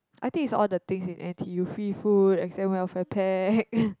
I think is all the things in n_t_u free food exam welfare pack